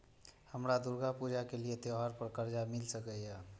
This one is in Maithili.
हमरा दुर्गा पूजा के लिए त्योहार पर कर्जा मिल सकय?